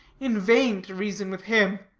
in vain to reason with him.